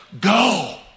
go